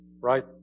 Right